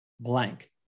blank